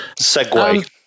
segue